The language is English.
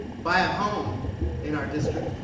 buy a home in our district,